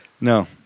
No